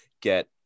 get